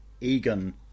Egan